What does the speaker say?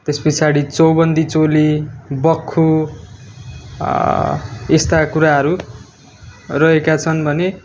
त्यस पछाडि चौबन्दी चोली बक्खु यस्ता कुराहरू रहेका छन् भने